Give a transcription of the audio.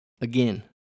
Again